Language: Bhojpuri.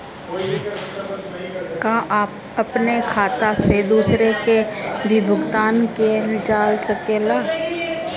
का अपने खाता से दूसरे के भी भुगतान कइल जा सके ला?